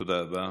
תודה רבה.